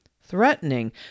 threatening